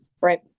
right